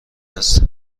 است